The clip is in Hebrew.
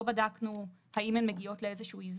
לא בדקנו האם הן מגיעות לאיזה שהוא איזון,